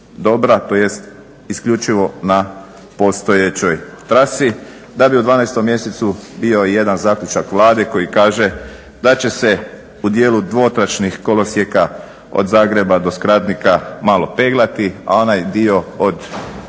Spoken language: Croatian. tj. isključivo na postojećoj trasi da bi u 12.mjesecu bio i jedan zaključak Vlade koji kaže da će se u dijelu dvotračnih kolosijeka od Zagreba do Skradnika malo peglati, a onaj dio od te